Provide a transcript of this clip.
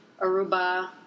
Aruba